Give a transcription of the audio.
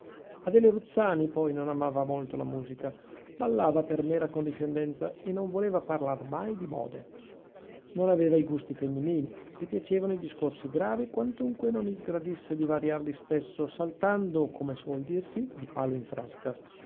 adele ruzzani poi non amava molto la musica ballava per mera condiscendenza e non voleva parlar mai di mode non aveva i gusti femminili le piacevano i discorsi gravi quantunque non isgradisse di variarli spesso saltando come suol dirsi di palo in frasca